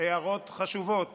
הערות חשובות